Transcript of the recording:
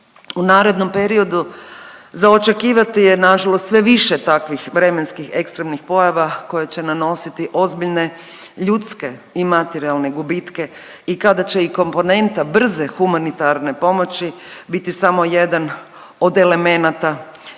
U narednom periodu za očekivati je nažalost, sve više takvih vremenskih ekstremnih pojava koje će nanositi ozbiljne ljudske i materijalne gubitke i kada će i komponenta brze humanitarne pomoći biti samo jedan od elemenata